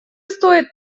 стоит